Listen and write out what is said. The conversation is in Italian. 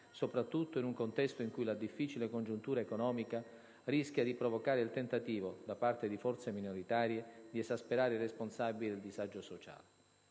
soprattutto in un contesto in cui la difficile congiuntura economica rischia di provocare il tentativo, da parte di forze minoritarie, di esasperare irresponsabilmente il disagio sociale.